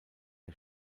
der